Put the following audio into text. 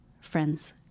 friends